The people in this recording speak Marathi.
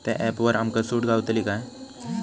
त्या ऍपवर आमका सूट गावतली काय?